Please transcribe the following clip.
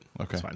Okay